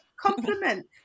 Compliment